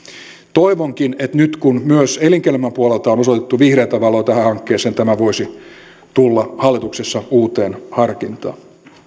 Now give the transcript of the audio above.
toivonkin että nyt kun myös elinkeinoelämän puolelta on osoitettu vihreätä valoa tälle hankkeelle tämä voisi tulla hallituksessa uuteen harkintaan